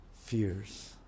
fears